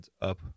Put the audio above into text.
up